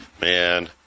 Man